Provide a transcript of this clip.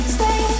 Stay